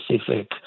specific